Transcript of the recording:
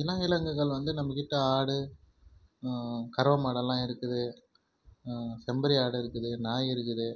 இன விலங்குகள் வந்து நம்மக்கிட்ட ஆடு கறவை மாடெல்லாம் இருக்குது செம்மறி ஆடு இருக்குது நாய் இருக்குது